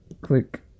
Click